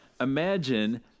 Imagine